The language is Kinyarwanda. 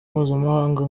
mpuzamahanga